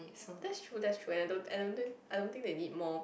that's true that's true and I don't I don't think I don't think they need more